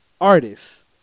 artists